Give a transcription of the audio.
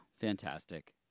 fantastic